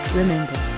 remember